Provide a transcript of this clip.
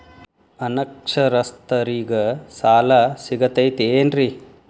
ಅನಕ್ಷರಸ್ಥರಿಗ ಸಾಲ ಸಿಗತೈತೇನ್ರಿ?